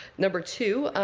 number two,